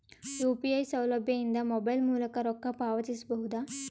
UPI ಸೌಲಭ್ಯ ಇಂದ mobile ಮೂಲಕ ರೊಕ್ಕ ಪಾವತಿಸ ಬಹುದಾ?